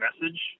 message